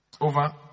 over